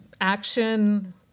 action